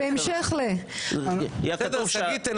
כן, בהמשך ל --- שגית תנסח.